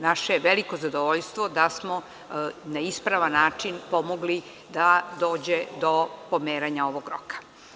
Naše je veliko zadovoljstvo da smo na ispravan način pomogli da dođe do pomeranja ovog roka.